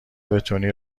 بتونی